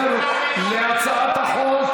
כי מה שקורה כאן היום,